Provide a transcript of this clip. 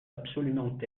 absolument